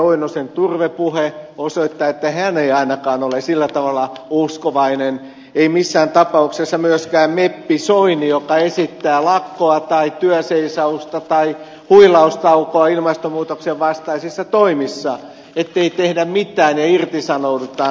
oinosen turvepuhe osoittaa että hän ei ainakaan ole sillä tavalla uskovainen ei missään tapauksessa myöskään meppi soini joka esittää lakkoa tai työnseisausta tai huilaustaukoa ilmastonmuutoksen vastaisissa toimissa ettei tehdä mitään ja irtisanoudutaan